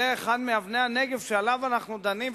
זו אחת מאבני הנגף שעליהן אנחנו דנים.